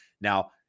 Now